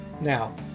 Now